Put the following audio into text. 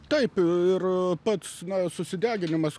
taip ir pats na susideginimas